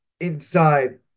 inside